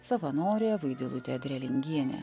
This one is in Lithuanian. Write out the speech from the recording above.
savanorė vaidilutė drelingienė